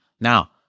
Now